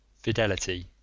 Fidelity